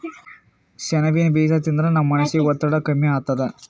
ಸೆಣಬಿನ್ ಬೀಜಾ ತಿಂದ್ರ ನಮ್ ಮನಸಿನ್ ಒತ್ತಡ್ ಕಮ್ಮಿ ಆತದ್